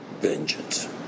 Vengeance